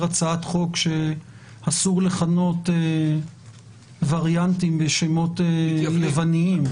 הצעת חוק שאסור לכנות וריאנטים בשמות יווניים.